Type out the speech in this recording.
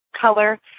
color